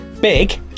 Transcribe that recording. big